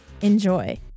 Enjoy